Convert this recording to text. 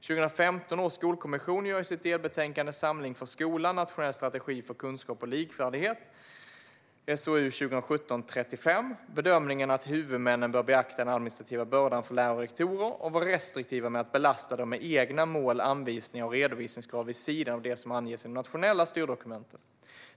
2015 års skolkommission gör i sitt delbetänkande Samling för skolan - Nationell strategi för kunskap och likvärdighet bedömningen att huvudmännen bör beakta den administrativa bördan för lärare och rektorer och vara restriktiva med att belasta dem med egna mål, anvisningar och redovisningskrav vid sidan av det som anges i de nationella styrdokumenten.